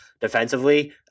defensively